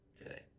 today